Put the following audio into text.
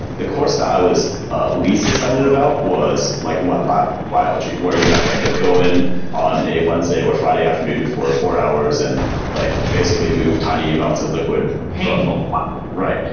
the course that i was ah least excited about was like wet lab biology, where you actually have to go in on a wednesday or friday afternoon for four hours and like basically move tiny amounts of liquid painful right.